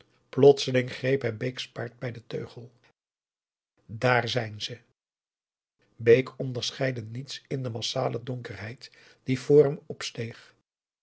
plotseling greep hij bake's paard bij den teugel daar zijn ze bake onderscheidde niets in de massale donkerheid die voor hem op